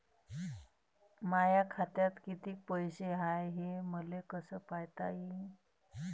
माया खात्यात कितीक पैसे हाय, हे मले कस पायता येईन?